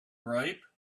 ripe